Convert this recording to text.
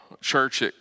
church